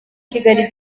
kigali